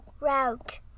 route